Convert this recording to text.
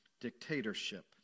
dictatorship